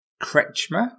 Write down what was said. Kretschmer